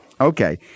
Okay